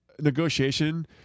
negotiation